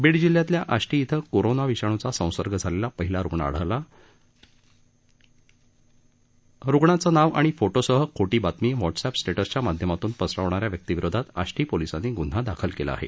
बीड जिल्ह्यातल्या आष्टी इथं कोरोना विषाण्चा संसर्ग झालेला पहिला रुग्ण आढळला अशी रुग्णाचं नाव आणि फोटोसह खोटी बातमी व्हॉट्सअप स्टेटसच्या माध्यमातून पसरवणाऱ्या व्यक्तीविरोधात आष्टी पोलीसांनी ग्न्हा दाखल केला आहे